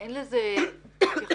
ואין לזה התייחסות